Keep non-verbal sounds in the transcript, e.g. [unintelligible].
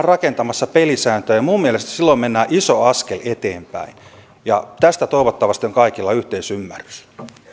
[unintelligible] rakentamassa pelisääntöjä ja minun mielestäni silloin mennään iso askel eteenpäin tästä toivottavasti on kaikilla yhteisymmärrys